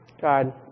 god